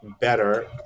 better